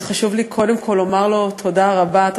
אבל חשוב לי קודם כול לומר לו תודה רבה,